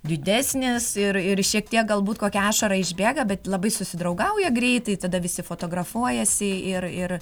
didesnis ir ir šiek tiek galbūt kokia ašara išbėga bet labai susidraugauja greitai tada visi fotografuojasi ir ir